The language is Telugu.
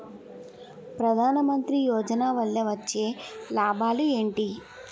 ప్రధాన మంత్రి యోజన వల్ల వచ్చే లాభాలు ఎంటి?